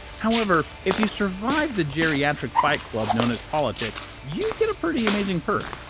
however, if you survive the geriatric fight club known as politics, you get a pretty amazing perk.